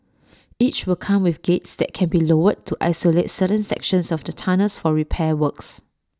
each will come with gates that can be lowered to isolate certain sections of the tunnels for repair works